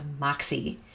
Moxie